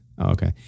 Okay